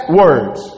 words